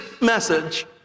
message